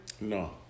No